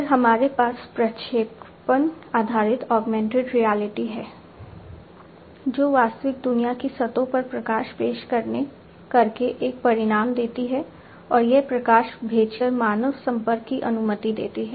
फिर हमारे पास प्रक्षेपण आधारित ऑगमेंटेड रियलिटी है जो वास्तविक दुनिया की सतहों पर प्रकाश पेश करके एक परिणाम देती है और यह प्रकाश भेजकर मानव संपर्क की अनुमति देती है